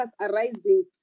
arising